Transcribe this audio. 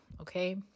okay